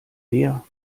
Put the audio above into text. mehr